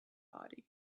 body